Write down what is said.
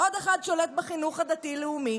עוד אחד שולט בחינוך הדתי-לאומי